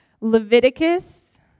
Leviticus